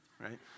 right